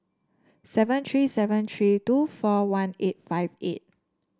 seven three seven three two four one eight five eight